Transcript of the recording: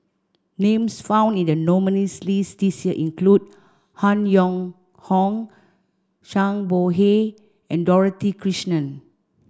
names found in the nominees' list this year include Han Yong Hong Zhang Bohe and Dorothy Krishnan